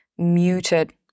muted